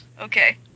Okay